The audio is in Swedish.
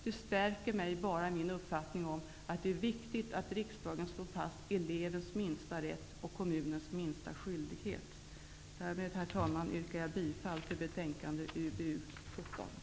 Det stärker mig bara i min uppfattning att riksdagen bör stå fast vid principen om elevens minsta rätt och kommunens minsta skyldighet. Herr talman! Med detta yrkar jag bifall till utbildningsutskottets hemställan i betänkandet